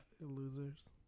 losers